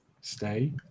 stay